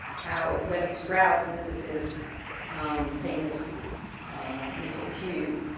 how levi strauss, and this is his famous mental cube,